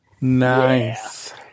Nice